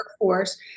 workforce